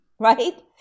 Right